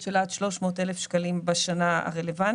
של עד 300 אלף שקלים בשנה הרלוונטית,